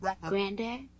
granddad